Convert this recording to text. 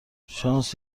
شانس